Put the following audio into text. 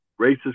racist